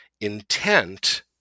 intent